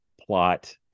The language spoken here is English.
plot